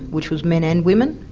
which was men and women,